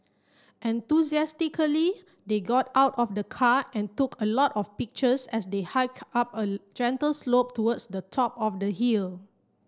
enthusiastically they got out of the car and took a lot of pictures as they hiked up a gentle slope towards the top of the hill